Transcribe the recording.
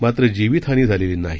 मात्र जीवितहानी झालेली नाहि